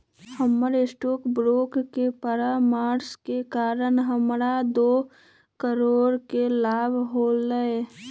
हमर stock broker के परामर्श के कारण हमरा दो करोड़ के लाभ होलय